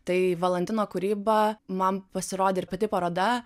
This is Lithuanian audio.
tai valantino kūryba man pasirodė ir pati paroda